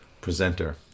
presenter